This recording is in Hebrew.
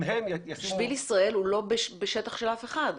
שביל ישראל הוא לא בשטח של אף אחד.